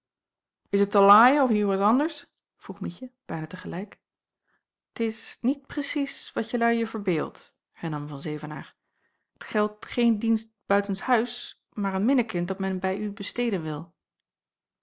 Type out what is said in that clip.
het te laaien of ieuwers anders vroeg mietje bijna te gelijk t is niet precies wat jelui je verbeeldt hernam van zevenaer t geldt geen dienst buitenshuis maar een minnekind dat men bij u besteden wil